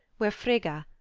where frigga,